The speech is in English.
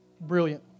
Brilliant